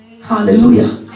Hallelujah